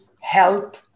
help